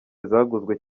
zaguzwe